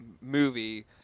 movie